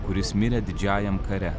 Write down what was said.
kuris mirė didžiajam kare